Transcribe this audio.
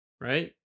Right